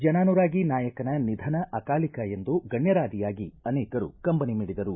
ಜನಾನುರಾಗಿ ನಾಯಕನ ನಿಧನ ಅಕಾಲಿಕ ಎಂದು ಗಣ್ಯರಾದಿಯಾಗಿ ಅನೇಕರು ಕಂಬನಿ ಮಿಡಿದರು